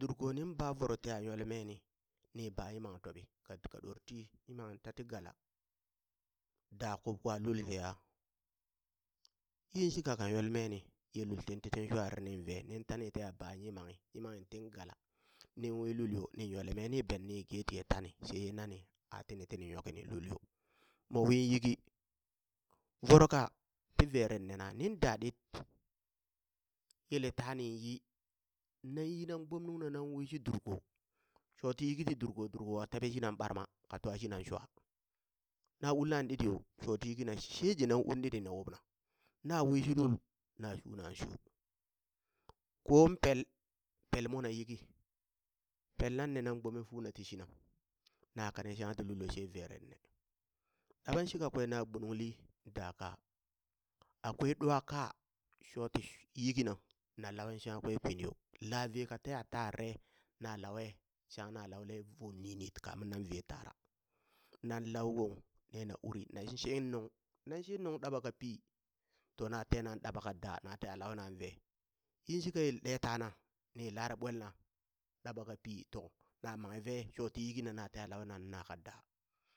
durko nin ba voro teya yole meni ni ba yimam topi ka ka ɗor ti tati gala da kub kwa lul sheha, yinshika ka yole meni ye lul tin te tin swarare nin ve nin ta ni teya ba yimanghi, yimanghi tin gala nin wi lul yo ni nyolo me ni benni ni ge tiye tani sheye nani a tinitini nyo kini lul yo mo wi yiki voroka ti veren nena nin da ɗit yele tanin yi nan yi na gbomnugna nan wishi durko shoti yiki ti durko durko ka teble shinan ɓarma ka twa shinan shwa na ulna ɗiɗi yo shoti yikina sheje na una ɗiɗi ni wubna, na wiishi lul na shuunan shu koon pel, pel mone yiki pel nanne nan gbome funa ti shina na kane shangha ti lul yo sai veren ne, ɗaɓan shi kakwe na gbununglin daka, akwai ɗwa kaa shoti yikina na lauwe shangha kwe kwin yo la ve ka teha tarare na lawe shangha na laule vo ninit kaminnan ve tara nan lau wong ne na uri na shi shin nung, nan shin nung ɗaɓa ka pi to na tena ɗaɓa ka daa na launa ve yin ka yel ɗe tana ni lare ɓwelna ɗaɓa ka pi to na manghe ve shoti yiki na na teha lawena naka daa.